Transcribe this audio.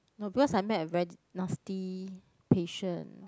no because I met a naughty patient